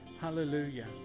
Hallelujah